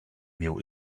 new